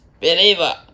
believer